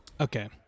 Okay